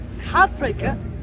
Heartbreaker